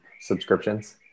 subscriptions